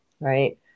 right